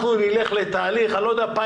אנחנו נלך לתהליך אני לא יודע פיילוט,